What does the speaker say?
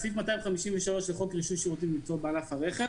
סעיף 253 לחוק רישוי שירותים ומקצועות בענף הרכב